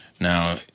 Now